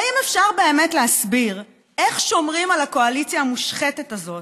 האם אפשר באמת להסביר איך שומרים על הקואליציה המושחתת הזאת,